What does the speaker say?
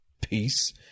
peace